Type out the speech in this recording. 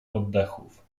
oddechów